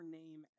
name